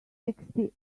sixty